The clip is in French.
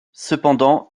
cependant